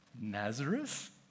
Nazareth